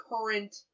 current